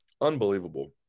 Unbelievable